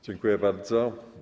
Dziękuję bardzo.